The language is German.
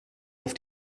auf